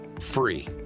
free